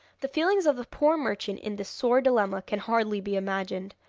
the feelings of the poor merchant in this sore dilemma can hardly be imagined.